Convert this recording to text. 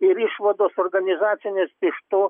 ir išvados organizacinės iš to